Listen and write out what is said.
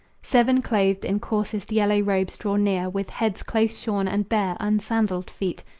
seven clothed in coarsest yellow robes draw near with heads close shorn and bare, unsandaled feet,